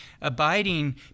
abiding